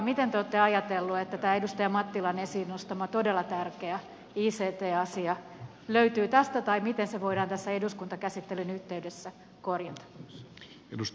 miten te olette ajatelleet että tämä edustaja mattilan esiin nostama todella tärkeä ict asia löytyy tästä tai miten se voidaan tässä eduskuntakäsittelyn yhteydessä korjata